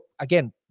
again